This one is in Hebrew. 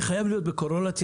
זה חייב להיות בקורלציה,